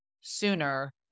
sooner